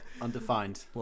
Undefined